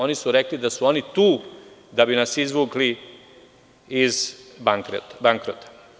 Oni su rekli da su tu da bi nas izvukli iz bankrota.